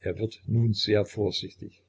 er wird nun sehr vorsichtig